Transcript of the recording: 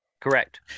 Correct